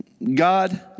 God